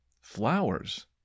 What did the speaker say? Flowers